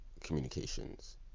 communications